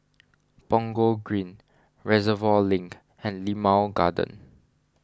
Punggol Green Reservoir Link and Limau Garden